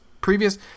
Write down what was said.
previous